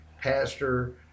pastor